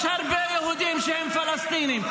יש הרבה יהודים שהם פלסטינים.